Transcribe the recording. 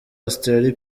australie